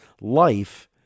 life